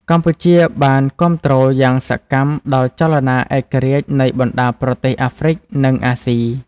កម្ពុជាបានគាំទ្រយ៉ាងសកម្មដល់ចលនាឯករាជ្យនៃបណ្តាប្រទេសអាហ្វ្រិក និងអាស៊ី។